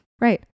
right